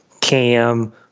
cam